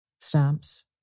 Stamps